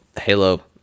Halo